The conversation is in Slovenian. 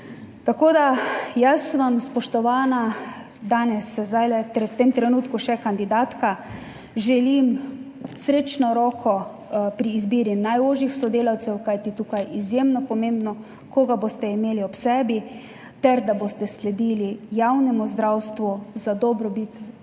...Tako da. jaz vam, spoštovana, danes, zdajle, v tem trenutku še kandidatka, želim srečno roko pri izbiri najožjih sodelavcev, kajti tukaj je izjemno pomembno, koga boste imeli ob sebi ter da boste sledili javnemu zdravstvu za dobrobit